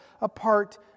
apart